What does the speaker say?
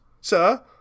sir